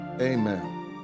Amen